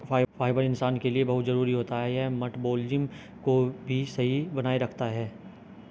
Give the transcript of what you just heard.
fibre इंसान के लिए बहुत जरूरी होता है यह मटबॉलिज़्म को भी सही बनाए रखता है